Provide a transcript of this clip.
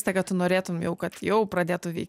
tai ką tu norėtum jau kad jau pradėtų vykt